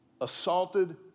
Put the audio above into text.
assaulted